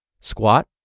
Squat